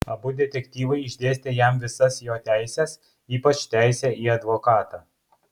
abu detektyvai išdėstė jam visas jo teises ypač teisę į advokatą